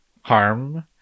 harm